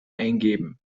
eingeben